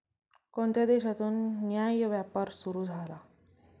कोणत्या देशातून न्याय्य व्यापार सुरू झाला?